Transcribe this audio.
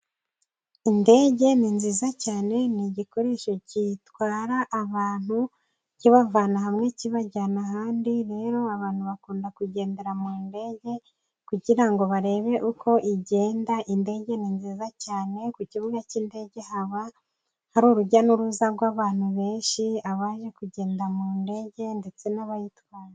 Indege ni nziza cyane, ni igikoresho gitwara abantu kibavana hamwe kibajyana ahandi, rero abantu bakunda kugendera mu ndege, kugira ngo barebe uko igenda, indege ni nziza cyane ku kibuga cy'indege haba hari urujya n'uruza rw'abantu benshi, abashaka kugenda mu ndege ndetse n'abayitwara.